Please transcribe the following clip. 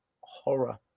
horror